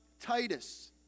Titus